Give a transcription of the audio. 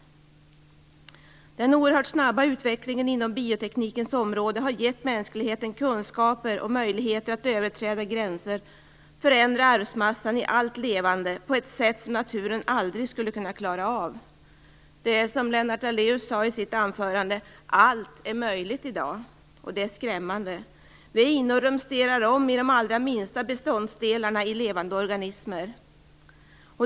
Den oerhört snabba utvecklingen inom bioteknikens område har gett mänskligheten kunskaper och möjligheter att överträda gränser och förändra arvsmassan i allt levande på ett sätt som naturen aldrig skulle ha kunnat klara av. Som Lennart Daléus sade i sitt anförande är allt möjligt i dag, och det är skrämmande. Vi är inne och rumsterar om i de allra minsta beståndsdelarna i levande organismer.